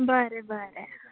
बरें बरें